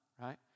right